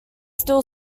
still